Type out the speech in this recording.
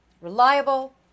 Reliable